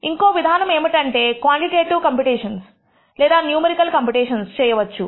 ఇంకో విధానం ఏమిటంటే క్వాంటిటేటివ్ కంప్యుటేషన్స్ లేదా న్యూమరికల్ కంప్యుటేషన్స్ చేయవచ్చు